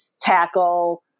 tackle